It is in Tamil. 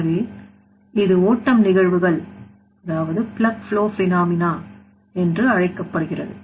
எனவே இது ஓட்டம் நிகழ்வுகள் என்று அழைக்கப்படுகிறது